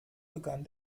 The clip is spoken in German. begann